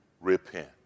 repent